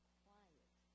quiet